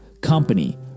company